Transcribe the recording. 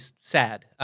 sad